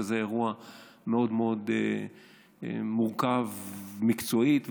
וזה אירוע מאוד מאוד מורכב מקצועית.